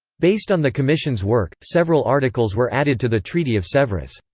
based on the commission's work, several articles were added to the treaty of sevres.